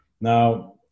Now